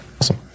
awesome